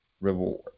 reward